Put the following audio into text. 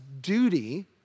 duty